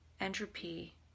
entropy